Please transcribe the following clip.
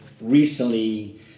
recently